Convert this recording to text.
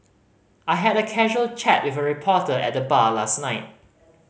I had a casual chat with a reporter at the bar last night